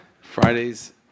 Fridays